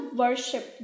worship